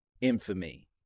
infamy